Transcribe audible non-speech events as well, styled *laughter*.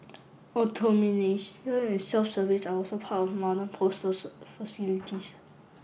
*unintelligible* and self service are also part of modern postal facilities